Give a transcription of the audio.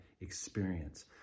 experience